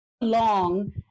long